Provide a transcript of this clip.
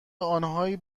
آنهایی